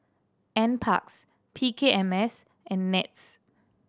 Nparks P K M S and NETS